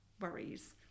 worries